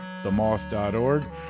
themoth.org